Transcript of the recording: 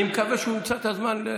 אני מקווה שהוא ימצא את הזמן.